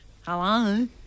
Hello